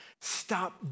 Stop